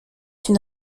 une